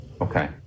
okay